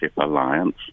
alliance